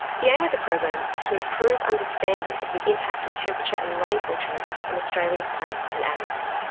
the aim of the program is to improve understanding of the impact of temperature and rainfall changes on australia's plants and animals.